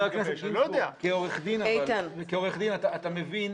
כעורך דין אתה מבין,